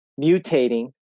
mutating